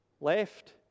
left